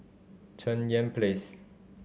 Cheng Yan Place